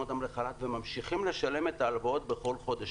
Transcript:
אותם לחל"ת וממשיכים לשלם את ההלוואות כל חודש.